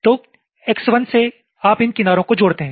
तो X1 से आप इन किनारों को जोड़ते हैं